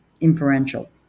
inferential